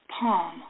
palm